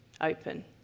open